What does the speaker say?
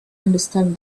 understand